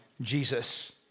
Jesus